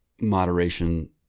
moderation